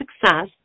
success